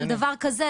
על דבר כזה,